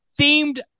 themed